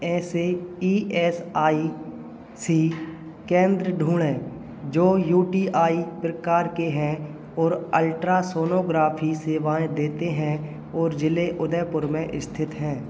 ऐसे E S I C केंद्र ढूँढें जो यू टी आई प्रकार के हैं और अल्ट्रा सोनोग्राफ़ी सेवाएँ देते हैं और ज़िले उदयपुर में स्थित हैं